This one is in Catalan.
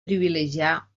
privilegiar